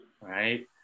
Right